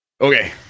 Okay